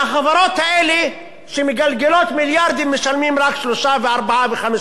האלה שמגלגלות מיליארדים משלמות רק 3% ו-4% ו-5%.